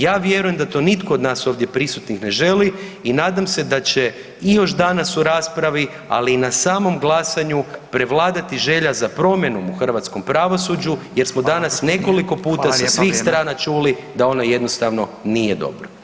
Ja vjerujem da to nitko od nas ovdje prisutnih ne želi i nadam se da će i još danas u raspravi ali i na samom glasanju prevladati želja za promjenom u hrvatskom pravosuđu jer smo danas nekoliko puta [[Upadica: Hvala lijepa, vrijeme.]] sa svih strana čuli da ono jednostavno nije dobro.